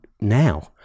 now